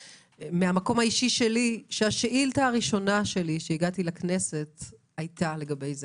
מהמקום האישי שלי השאילתה הראשונה שלי שהגעתי לכנסת הייתה לגבי זה.